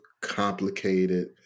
complicated